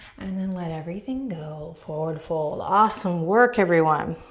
and then let everything go, forward fold. awesome work everyone.